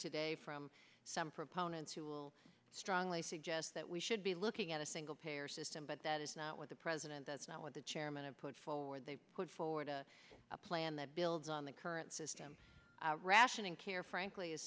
today from some proponents who will strongly suggest that we should be looking at a single payer system but that is not what the president does not what the chairman of put forward they put forward a plan that builds on the current system rationing care frankly is